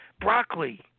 Broccoli